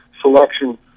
selection